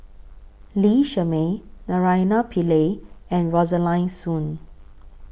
Lee Shermay Naraina Pillai and Rosaline Soon